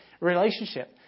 relationship